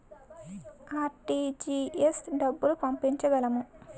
RTGS డబ్బులు పంపించగలము?